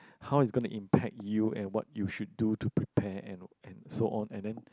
how it's gonna impact you and what you should do to prepare and and so on and then